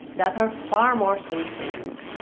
that are far more satiating.